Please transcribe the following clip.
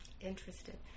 interested